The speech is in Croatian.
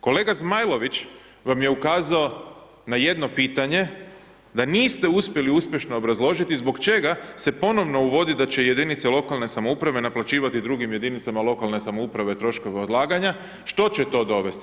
Kolega Zmajlović vam je ukazao na jedno pitanje, da niste uspjeli uspješno obrazložiti zbog čega se ponovno uvodi da će jedinice lokalne samouprave naplaćivati drugim jedinicama lokalne samouprave troškove odlaganja, što će to dovesti?